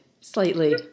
slightly